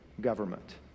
government